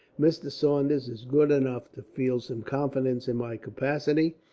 mr. saunders is good enough to feel some confidence in my capacity,